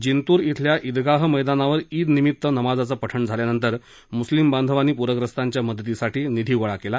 जिंतूर इथल्या ईदगाह मैदानावर ईदनिमित नमाजाचं पठण झाल्यानंतर मुस्लिम बांधवांनी पूरग्रस्तांच्या मदतीसाठी निधी गोळा केला